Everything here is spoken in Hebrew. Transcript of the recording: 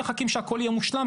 שמחכים שהכל יהיה מושלם,